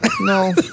No